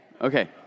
Okay